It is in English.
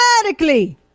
automatically